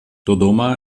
dodoma